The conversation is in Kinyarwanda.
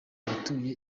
abatuye